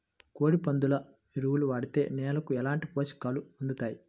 కోడి, పందుల ఎరువు వాడితే నేలకు ఎలాంటి పోషకాలు అందుతాయి